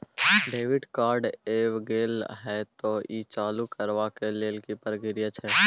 Debit card ऐब गेल हैं त ई चालू करबा के लेल की प्रक्रिया छै?